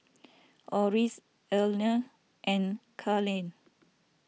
Orris Erline and Carleigh